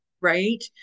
Right